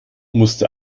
musste